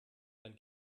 dann